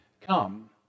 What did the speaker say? come